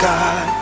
God